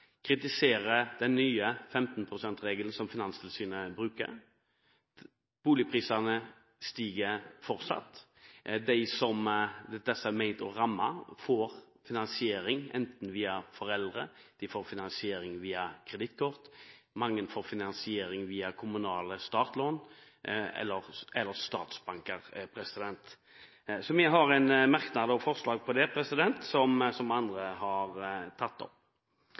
kritiserer 15 pst.-regelen som Finanstilsynet bruker. Boligprisene stiger fortsatt, de som regelen er ment å ramme, får finansiering enten via foreldre eller via kredittkort, og mange får finansiering via kommunale startlån eller statsbanker. Så vi har en merknad om det. Så er det et svært emne som har vært oppe nå i flere år, i både europeisk og norsk målestokk. Det